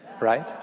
right